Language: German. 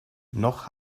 noch